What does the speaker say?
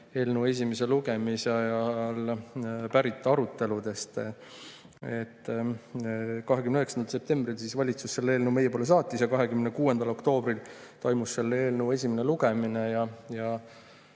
eelnõu esimese lugemise ajast pärit aruteludest. 29. septembril valitsus eelnõu meie poole saatis ja 26. oktoobril toimus selle esimene lugemine.